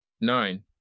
Nine